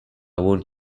want